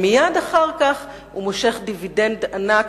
ומייד אחר כך הוא מושך דיבידנד ענק,